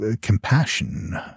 compassion